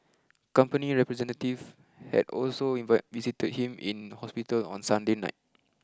company representative had also invite visited him in hospital on Sunday night